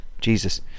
Jesus